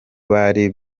bari